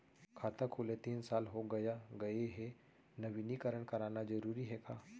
खाता खुले तीन साल हो गया गये हे नवीनीकरण कराना जरूरी हे का?